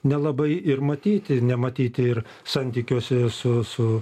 nelabai ir matyti nematyti ir santykiuose su su